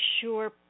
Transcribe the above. sure